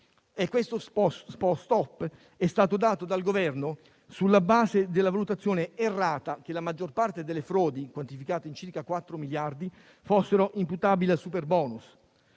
questo stop è stato dato dal Governo sulla base della valutazione errata che la maggior parte delle frodi, quantificate in circa 4 miliardi, fossero imputabili al superbonus.